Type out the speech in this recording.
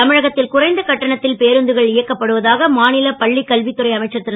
தமிழகத்தில் குறைந்த கட்டணத்தில் பேருந்துகள் இயக்கப்படுவதாக மாநில பள்ளிக் கல்வி துறை அமைச்சர் திரு